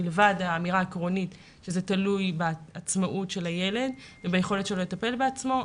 מלבד האמירה העקרונית שזה תלוי בעצמאות של הילד וביכולת שלו לטפל בעצמו,